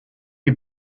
you